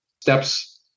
steps